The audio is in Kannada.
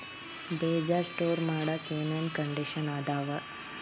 ಬೇಜ ಸ್ಟೋರ್ ಮಾಡಾಕ್ ಏನೇನ್ ಕಂಡಿಷನ್ ಅದಾವ?